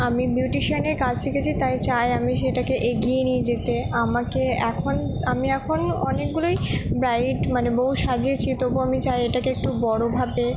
আমি বিউটিশিয়ানের কাজ শিখেছি তাই চাই আমি সেটাকে এগিয়ে নিয়ে যেতে আমাকে এখন আমি এখন অনেকগুলোই ব্রাইড মানে বউ সাজিয়েছি তবু আমি চাই এটাকে একটু বড়োভাবে